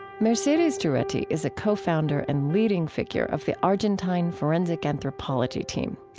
mercedes doretti is a co-founder and leading figure of the argentine forensic anthropology team.